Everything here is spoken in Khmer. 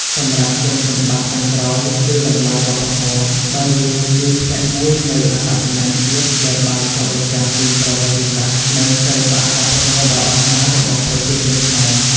សម្រាប់គុណសម្បត្តិចុងក្រោយគឺតម្លៃវប្បធម៌ ដោយវាជាផ្នែកមួយនៃអត្តសញ្ញាណជាតិដែលបានឆ្លុះបញ្ចាំងពីប្រវត្តិសាស្ត្រ និងសិល្បៈវប្បធម៌ដ៏អស្ចារ្យរបស់ប្រជាជនខ្មែរ។